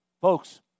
Folks